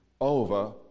over